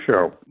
show